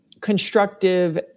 constructive